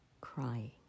crying